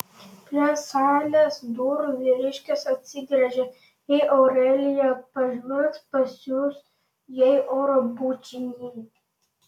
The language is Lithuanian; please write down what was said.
prie salės durų vyriškis atsigręžė jei aurelija pažvelgs pasiųs jai oro bučinį